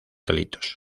delitos